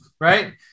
right